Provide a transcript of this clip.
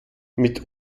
mit